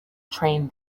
train